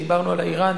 דיברנו על אירן,